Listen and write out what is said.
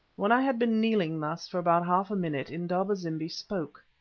when i had been kneeling thus for about half a minute indaba-zimbi spoke.